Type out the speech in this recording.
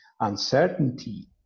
uncertainty